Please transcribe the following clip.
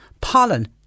pollen